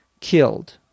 killed